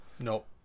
Nope